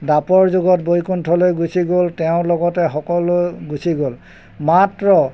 দাপৰ যুগত বৈকুণ্ঠলৈ গুচি গ'ল তেওঁৰ লগতে সকলো গুচি গ'ল মাত্ৰ